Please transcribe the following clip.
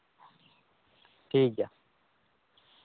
ᱴᱷᱤᱠ ᱜᱮᱭᱟ